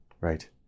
right